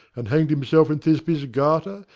and hang'd himself in thisby's garter,